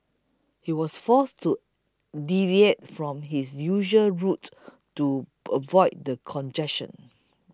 he was forced to deviate from his usual route to avoid the congestion